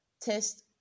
test